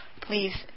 Please